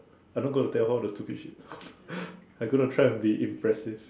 I'm not gonna tell how the stupid shit I'm gonna try and be impressive